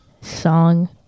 song